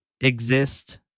exist